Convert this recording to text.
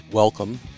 Welcome